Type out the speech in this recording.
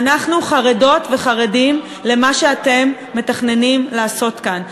אנחנו חרדות וחרדים ממה שאתם מתכננים לעשות כאן.